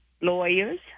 lawyers